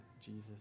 Jesus